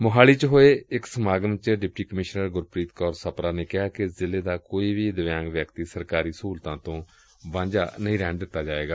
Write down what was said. ਮੋਹਾਲੀ ਚ ਹੋਏ ਇਕ ਸਮਾਗਮ ਚ ਡਿਪਟੀ ਕਮਿਸ਼ਨਰ ਗੁਰਪ੍ੀਤ ਕੌਰ ਸਪਰਾ ਨੇ ਕਿਹਾ ਕਿ ਜ਼ਿਲ਼ਾ ਦਾ ਕੋਈ ਵੀ ਦਿਵਿਆਂਗ ਵਿਅਕਤੀ ਸਰਕਾਰੀ ਸਹੂਲਤਾਂ ਤੋਂ ਵਾਂਝਾ ਨਹੀਂ ਰਹੇਗਾ